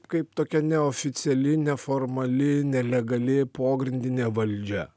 kaip tokia neoficiali neformali nelegali pogrindinė valdžia